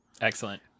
Excellent